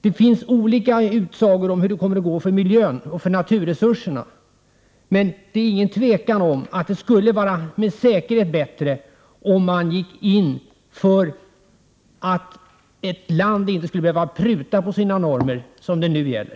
Det finns olika utsagor om hur det kommer att gå för miljön och naturresurserna. Det råder dock inget tvivel om att det med säkerhet skulle vara bättre om man gick in för att ett land inte skulle behöva pruta på sina normer, som det nu gäller.